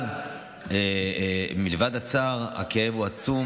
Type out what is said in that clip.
אבל מלבד הצער הכאב הוא עצום.